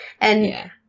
and-